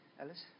Alice